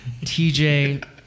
TJ